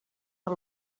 del